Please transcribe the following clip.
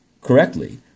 correctly